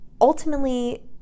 ultimately